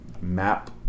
map